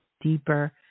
deeper